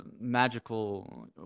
magical